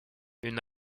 une